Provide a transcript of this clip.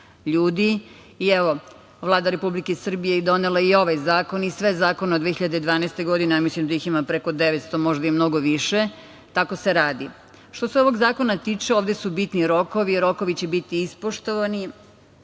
i evo, Vlada Republike Srbije donela je i ovaj zakon i sve zakona od 2012. godine, a mislim da ih ima preko 900, možda i mnogo više. Tako se radi. Što se ovog zakona tiče, ovde su bitni rokovi. Rokovi će biti ispoštovani.